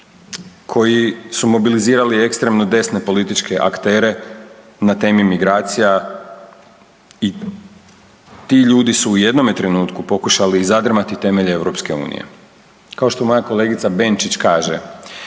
koji su mobilizirali ekstremno desne političke aktere na temi migracija i ti ljudi su u jednome trenutku pokušali zadrmati temelje EU. Kao što moja kolegica Benčić kaže